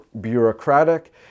bureaucratic